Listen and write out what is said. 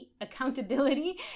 accountability